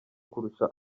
kurusha